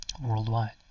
worldwide